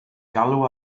galw